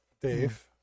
Dave